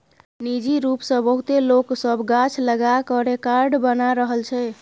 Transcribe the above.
निजी रूप सँ बहुते लोक सब गाछ लगा कय रेकार्ड बना रहल छै